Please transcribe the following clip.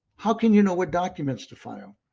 how can you know what documents to file?